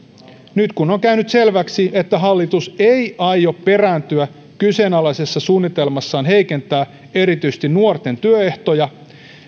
nyt kun on käynyt selväksi että hallitus ei aio perääntyä kyseenalaisessa suunnitelmassaan heikentää erityisesti nuorten työehtoja